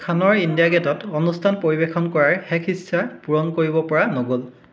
খানৰ ইণ্ডিয়া গে'টত অনুষ্ঠান পৰিৱেশন কৰাৰ শেষ ইচ্ছা পূৰণ কৰিব পৰা নগ'ল